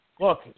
Look